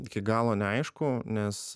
iki galo neaišku nes